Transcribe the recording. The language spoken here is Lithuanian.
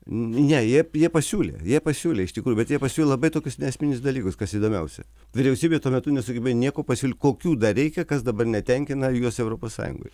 ne jie jie pasiūlė jie pasiūlė iš tikrųjų bet jie pasiūlė labai tokius neesminius dalykus kas įdomiausia vyriausybė tuo metu nesugebėjo nieko pasiūlyt kokių dar reikia kas dabar netenkina juos europos sąjungoj